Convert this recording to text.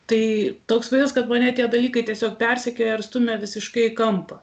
tai toks vaizdas kad mane tie dalykai tiesiog persekioja ir stumia visiškai į kampą